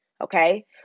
Okay